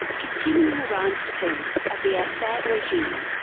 continuing iran's defence of the assad regime,